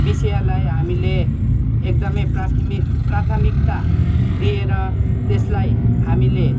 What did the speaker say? विषयलाई हामीले एकदमै प्राथमिक प्राथमिकता दिएर त्यसलाई हामीले